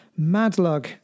Madlug